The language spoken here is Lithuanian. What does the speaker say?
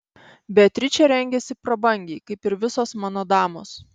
beatričė rengiasi prabangiai kaip ir visos mano damos